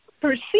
perceive